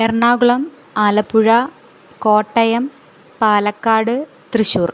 Ernakulam Alappuzha Kottayam Palakkad Thrissur